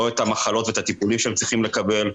לא את המחלות ואת הטיפולים שהם צריכות לקבל,